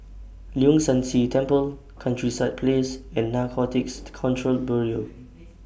Leong San See Temple Countryside Place and Narcotics Control Bureau